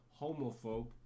homophobe